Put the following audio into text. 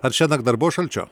ar šiąnakt dar buvo šalčio